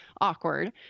awkward